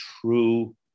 true